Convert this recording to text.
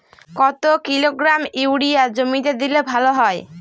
কত kilogram urea জমিতে দিলে ভালো হয়?